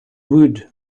wood